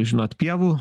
žinot pievų